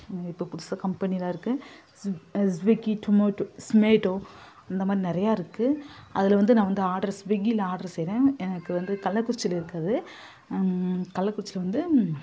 இப்போ புதுசாக கம்பெனிலாம் இருக்குது ஸ்விக்கி டொமேட்டோ ஸ்மேட்டோ அந்தமாதிரி நிறைய இருக்குது அதில் வந்து நான் வந்து ஆர்டரு ஸ்விக்கியில ஆர்டரு செய்கிறேன் எனக்கு வந்து கள்ளக்குறிச்சியில இருக்குது அது கள்ளக்குறிச்சியில வந்து